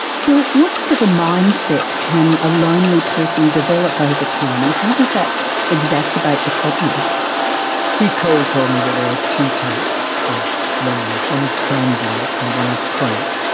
so what sort of a mindset can a lonely person develop over time, and how does that exacerbate the problem steve cole told me that there are two types of loneliness, one is transient and one is chronic.